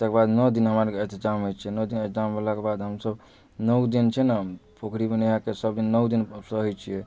तकर बाद नौ दिन हमरा अर के अष्टजाम होइ छै नौ दिन अष्टजाम भेला के बाद हमसब नौउ दिन छै नऽ पोखरी मे नहए कऽ नौउ दिन सहै छियै